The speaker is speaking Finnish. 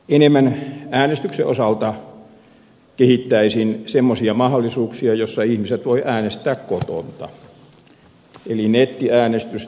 äänestyksen osalta kehittäisin enemmän semmoisia mahdollisuuksia joissa ihmiset voivat äänestää kotoa eli nettiäänestystä